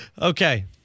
Okay